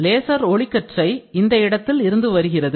laser ஒளிக்கற்றை இந்த இடத்தில் இருந்து வருகிறது